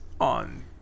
on